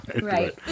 right